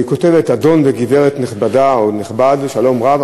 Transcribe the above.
היא כותבת: אדון וגברת נכבד/ה, שלום רב.